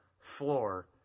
floor